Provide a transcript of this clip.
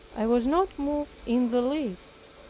i was not moved in the least,